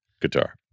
Guitar